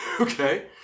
Okay